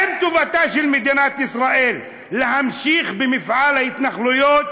האם טובתה של מדינת ישראל להמשיך במפעל ההתנחלויות?